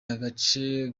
agace